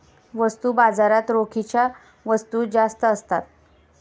वस्तू बाजारात रोखीच्या वस्तू जास्त असतात